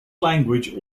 language